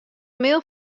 mail